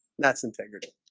that's integrity